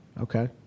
Okay